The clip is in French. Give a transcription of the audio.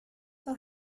ont